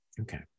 okay